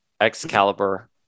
Excalibur